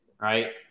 right